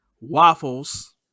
waffles